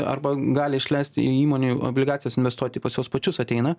arba gali išleisti įmonių obligacijas investuoti pas juos pačius ateina